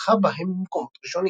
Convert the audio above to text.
וזכה בהם במקומות ראשונים.